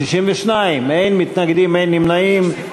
62, אין מתנגדים, אין נמנעים.